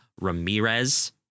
Ramirez